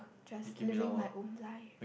just living my own life